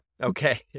Okay